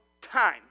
time